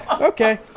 Okay